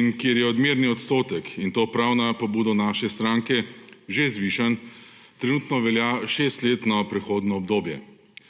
in kjer je odmerni odstotek, in to prav na pobudo naše stranke, že zvišan, trenutno velja šestletno prehodno obdobje.